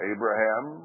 Abraham